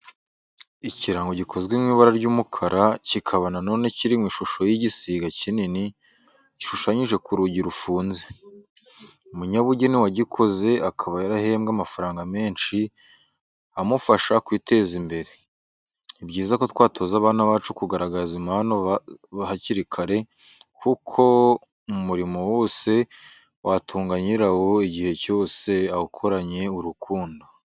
Ikirango gikozwe mu ibara ry'umukara kikaba na none kiri mu ishusho y'igisiga kinini, gishushanyije ku rugi rufunze. Umunyabugeni wagikoze akaba yarahembwe amafaranga menshi amufasha kwiteza imbere. Ni byiza ko twatoza abana bacu kugaragaza impano zabo hakiri kare kuko umurimo wose watunga nyirawo igihe cyose awukoranye urukundo,